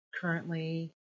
Currently